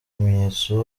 bimenyetso